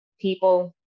people